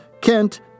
Kent